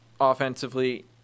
offensively